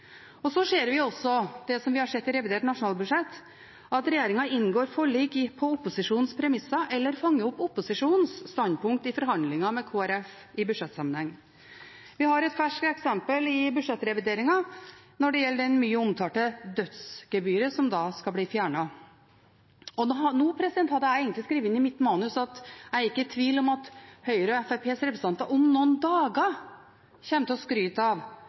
ser også, som vi har sett i revidert nasjonalbudsjett, at regjeringen inngår forlik på opposisjonens premisser eller fanger opp opposisjonens standpunkt i forhandlinger med Kristelig Folkeparti i budsjettsammenheng. Vi har et eksempel i budsjettrevideringen når det gjelder det mye omtalte «dødsgebyret» som skal bli fjernet. Nå hadde jeg egentlig skrevet inn i mitt manus at jeg ikke er i tvil om at Høyres og Fremskrittspartiets representanter om noen dager kommer til å skryte av